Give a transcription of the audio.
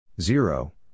Zero